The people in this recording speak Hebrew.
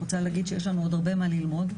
יש לנו עוד הרבה מה ללמוד.